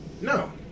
no